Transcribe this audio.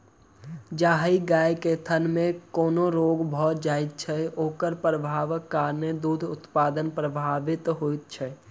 जाहि गाय के थनमे कोनो रोग भ जाइत छै, ओकर प्रभावक कारणेँ दूध उत्पादन प्रभावित होइत छै